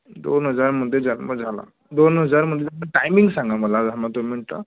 दोन हजारमध्ये जन्म झाला दोन हजारमध्ये ज टायमिंग सांगा मला थांबा दोन मिनटं